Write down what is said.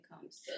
comes